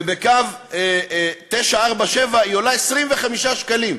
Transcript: ובקו 947 היא עולה 25 שקלים,